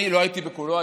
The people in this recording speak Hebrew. אני לא הייתי בכולו,